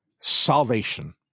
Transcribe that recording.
salvation